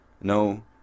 No